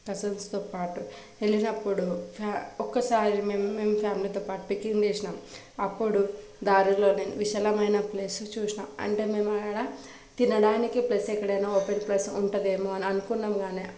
కజిన్స్తో పాటు వెళ్లినప్పుడు ఫ్యా ఒక్కసారి మేము మేము ఫ్యామిలీతో పాటు ట్రెక్కింగ్ చేసినం అప్పుడు దారిలోనే విశాలమైన ప్లేస్ చూసిన అంటే మేము ఆడ తినడానికి ప్లేస్ ఎక్కడైనా ఓపెన్ ప్లేస్ ఉంటుందేమో అనుకున్నాను కానీ